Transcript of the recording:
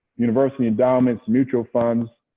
university endowments, mutual funds,